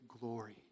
glory